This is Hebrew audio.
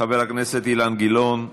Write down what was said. חבר הכנסת אילן גילאון,